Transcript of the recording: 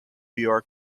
york